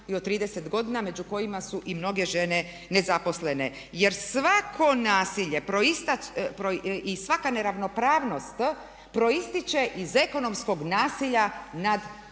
i od 30 godina među kojima su i mnoge žene nezaposlene. Jer svako nasilje i svaka neravnopravnost proističe iz ekonomskog nasilja nad ženama.